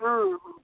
हँ हँ